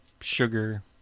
sugar